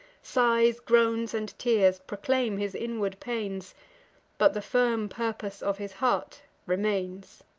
sighs, groans, and tears proclaim his inward pains but the firm purpose of his heart remains.